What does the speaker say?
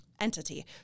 entity